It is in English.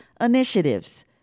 initiatives